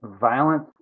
violence